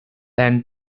and